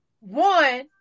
One